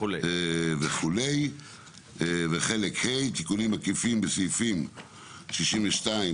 וחלק ה' תיקונים עקיפים סעיפים 57-62,